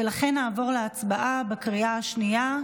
ולכן נעבור להצבעה בקריאה השנייה,